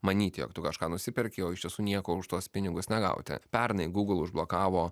manyti jog tu kažką nusiperki o iš tiesų nieko už tuos pinigus negauti pernai google užblokavo